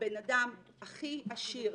הבנאדם הכי עשיר,